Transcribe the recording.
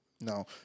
No